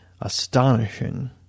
astonishing